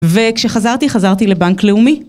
וכשחזרתי, חזרתי לבנק לאומי